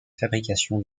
fabrication